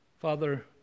Father